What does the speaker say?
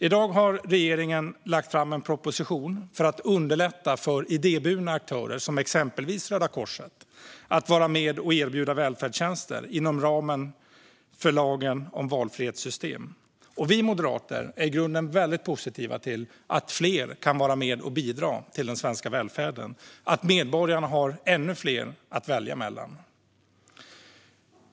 I dag har regeringen lagt fram en proposition för att underlätta för idéburna aktörer, exempelvis Röda Korset, att vara med och erbjuda välfärdstjänster inom ramen för lagen om valfrihetssystem. Och vi moderater är i grunden väldigt positiva till att fler kan vara med och bidra till den svenska välfärden, att medborgarna har ännu fler att välja mellan.